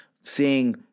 seeing